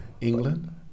England